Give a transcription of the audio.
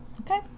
Okay